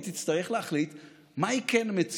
היא תצטרך להחליט מה היא כן מציעה,